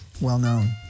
well-known